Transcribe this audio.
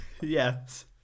Yes